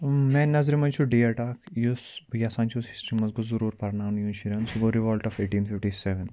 میٛانہِ نظرِ منٛز چھُ ڈیٹ اَکھ یُس بہٕ یژھان چھُ ہسٹری منٛز گوٚژھ ضُروٗر پَرناونہٕ یُن شُرٮ۪ن سُہ گوٚو revolt of eighteen fifty seven